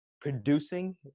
producing